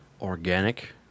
organic